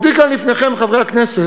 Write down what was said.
בעומדי כאן לפניכם, חברי הכנסת,